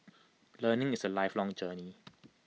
learning is A lifelong journey